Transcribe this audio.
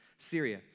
Syria